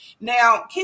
now